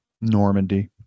Normandy